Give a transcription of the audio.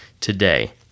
today